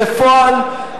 בפועל,